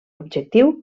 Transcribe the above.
objectiu